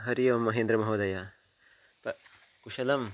हरिः ओं महेन्द्रमहोदय प्रति कुशलं